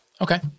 Okay